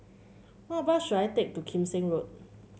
what bus should I take to Kim Seng Road